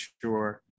sure